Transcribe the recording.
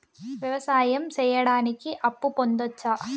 వ్యవసాయం సేయడానికి అప్పు పొందొచ్చా?